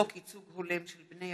בחוק ייצוג הולם של בני